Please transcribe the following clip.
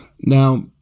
Now